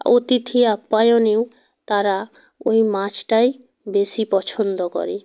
অতিথি আপ্যায়ণেও তারা ওই মাছটাই বেশি পছন্দ করে